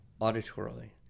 auditorily